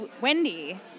Wendy